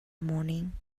morning